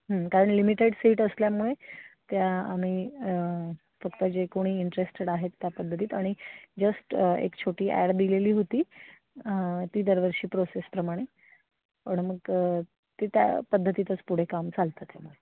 कारण limited seat असल्यामुळे त्या आम्ही फक्त जे कोणी इंटरेस्टेड आहेत त्या पद्धतीत आणि जस्ट एक छोटी ॲड दिलेली होती ती दरवर्षी प्रोसेसप्रमाणे पण मग ते त्या पद्धतीतच पुढे काम चालतं त्यामुळे